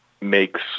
makes